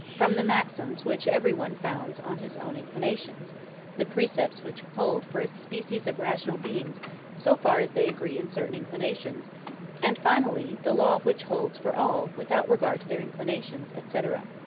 from the maxims which every one founds on his own inclinations the precepts which hold for a species of rational beings so far as they agree in certain inclinations and finally the law which holds for all without regard to their inclinations, etc.